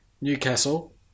Newcastle